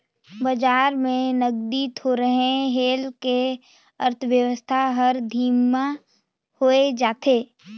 बजार में नगदी थोरहें होए ले अर्थबेवस्था हर धीमा होए जाथे